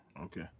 Okay